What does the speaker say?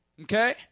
Okay